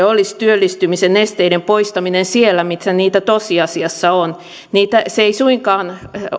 olisi työllistymisen esteiden poistaminen siellä missä niitä tosiasiassa on se ei suinkaan